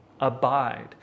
abide